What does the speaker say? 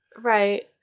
Right